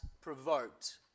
provoked